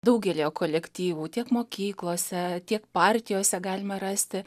daugelyje kolektyvų tiek mokyklose tiek partijose galime rasti